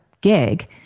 gig